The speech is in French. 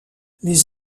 les